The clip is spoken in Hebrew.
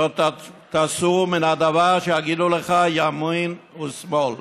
לא תסור מן הדבר שיגידו לך ימין ושמאל".